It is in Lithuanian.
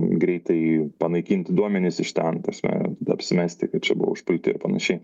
greitai panaikinti duomenis iš ten ta prasme apsimesti kad čia buvo užpilti ir panašiai